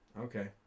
Okay